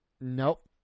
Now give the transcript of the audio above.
Nope